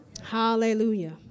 Hallelujah